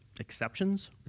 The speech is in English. Exceptions